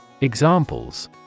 Examples